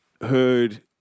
heard